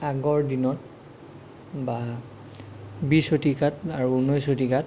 আগৰ দিনত বা বিছ শতিকাত আৰু ঊনৈছ শতিকাত